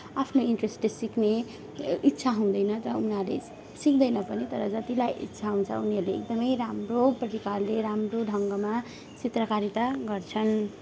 आफ्नो इन्ट्रेस्टले सिक्ने इच्छा हुँदैन र उनीहरूले सिक्दैन पनि तर जतिलाई इच्छा हुन्छ उनीहरूले एकदमै राम्रो परिकारले राम्रो ढङ्गमा चित्रकारिता गर्छन्